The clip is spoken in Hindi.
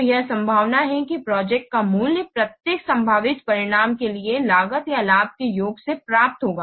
तो यह संभावना है की प्रोजेक्ट का मूल्य प्रत्येक संभावित परिणाम के लिए लागत या लाभ के योग से प्राप्त होगा